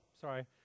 sorry